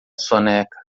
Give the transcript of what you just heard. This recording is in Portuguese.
soneca